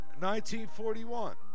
1941